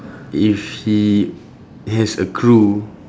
if he has a crew